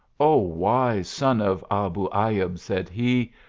o wise son of abu ayub, said he,